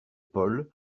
paul